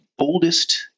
Oldest